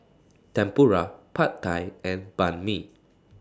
Tempura Pad Thai and Banh MI